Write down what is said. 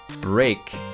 break